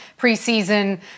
preseason